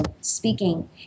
speaking